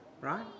right